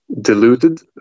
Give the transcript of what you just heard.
diluted